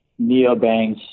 neobanks